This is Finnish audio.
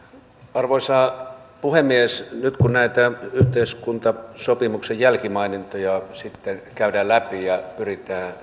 arvoisa puhemies nyt kun näitä yhteiskuntasopimuksen jälkimaininkeja sitten käydään läpi ja pyritään